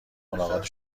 ملاقات